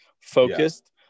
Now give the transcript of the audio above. focused